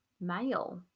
Male